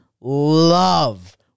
love